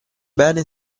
bene